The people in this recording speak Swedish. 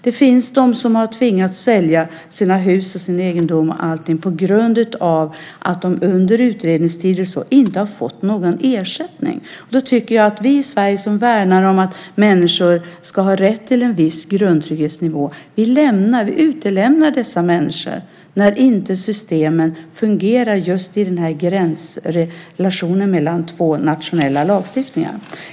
Det finns de som tvingats sälja sina hus och annan egendom på grund av att de under utredningstiden inte fått någon ersättning. Vi i Sverige värnar om att människor ska ha rätt till en viss grundtrygghet och ändå utelämnar vi dessa människor när systemen inte fungerar i gränsrelationen mellan två nationella lagstiftningar.